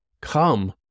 come